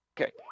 Okay